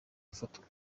ufatwa